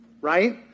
right